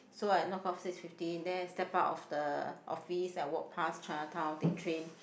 so I knock off six fifteen then step out of the office I walk pass Chinatown take train